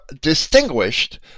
distinguished